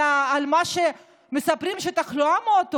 על מה, מספרים שהתחלואה מאוד עולה,